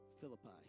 Philippi